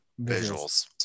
Visuals